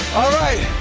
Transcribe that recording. alright.